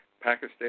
Pakistan